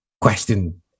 Question